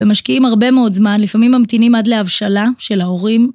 ומשקיעים הרבה מאוד זמן, לפעמים ממתינים עד להבשלה של ההורים.